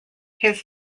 his